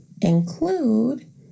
include